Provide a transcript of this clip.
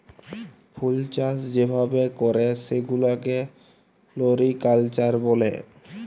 ফুলচাষ যে ভাবে ক্যরে সেগুলাকে ফ্লরিকালচার ব্যলে